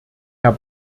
herr